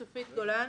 צופית גולן,